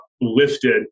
lifted